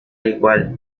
igual